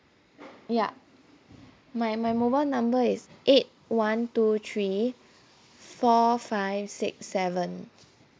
ya my my mobile number is eight one two three four five six seven